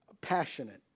passionate